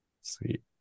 sweet